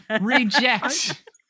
reject